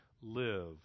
live